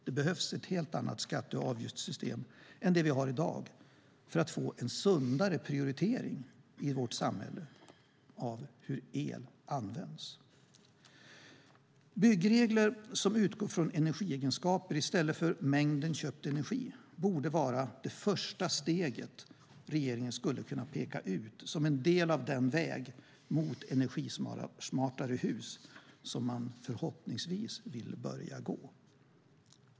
Det behövs ett helt annat skatte och avgiftssystem än det vi har i dag för att få en sundare prioritering av hur el används i vårt samhälle. Byggregler som utgår från energiegenskaper i stället för från mängden köpt energi borde vara det första steget på den väg mot energismartare hus som regeringen förhoppningsvis vill börja gå.